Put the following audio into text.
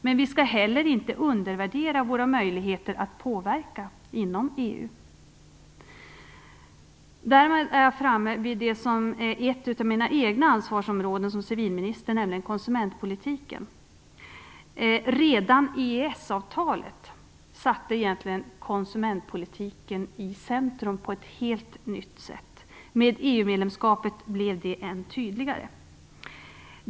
Men vi skall inte heller undervärdera våra möjligheter att påverka inom EU. Därmed är jag framme vid det som är ett av mina egna ansvarsområden som civilminister, nämligen konsumentpolitiken. Redan EES-avtalet satte egentligen konsumentpolitiken i centrum på ett helt nytt sätt. I och EU-medlemskapet blev det än tydligare.